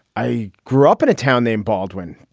i grew up in a town named baldwin.